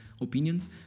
opinions